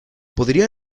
podría